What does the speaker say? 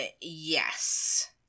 yes